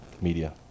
media